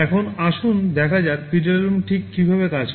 এখন আসুন দেখা যাক PWM ঠিক কীভাবে কাজ করে